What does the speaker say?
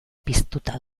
piztuta